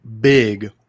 big